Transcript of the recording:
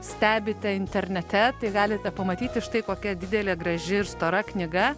stebite internete tai galite pamatyti štai kokia didelė graži ir stora knyga